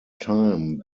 time